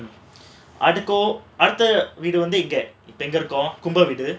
அடுத்த வீடு வந்து இப்போ எங்க இருக்கோம் கும்பம் வீடு:adutha veedu vandhu ippo enga irukom kumbam veedu